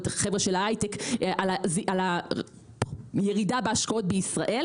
את החבר'ה של ההיי-טק על הירידה בהשקעות בישראל